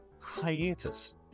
hiatus